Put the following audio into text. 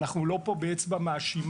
אנחנו לא פה באצבע מאשימה,